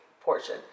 portion